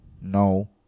no